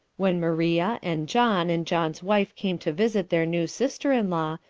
when maria, and john, and john's wife came to visit their new sister-in-law,